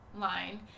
line